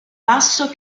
basso